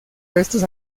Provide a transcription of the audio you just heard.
restos